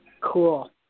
Cool